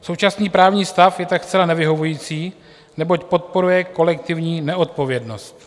Současný právní stav je tak zcela nevyhovující, neboť podporuje kolektivní neodpovědnost.